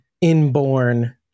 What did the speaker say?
inborn